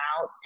out